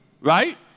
right